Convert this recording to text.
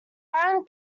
aaron